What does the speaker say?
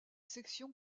section